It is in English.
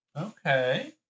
Okay